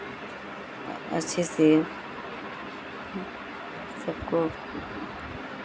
अच्छे से सबको